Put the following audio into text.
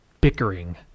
bickering